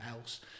else